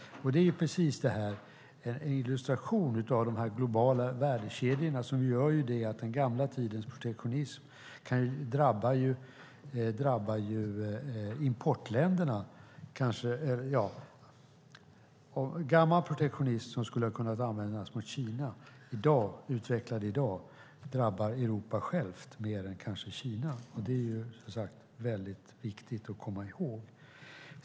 Det är en illustration av hur de globala värdekedjorna gör att den gamla tidens protektionism, som skulle ha kunnat användas mot Kina, utvecklad i dag drabbar Europa kanske mer än Kina. Det är viktigt att komma ihåg.